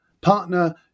partner